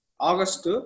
August